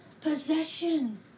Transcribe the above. possession